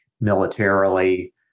militarily